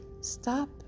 stop